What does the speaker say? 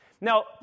Now